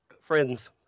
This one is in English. friends